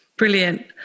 Brilliant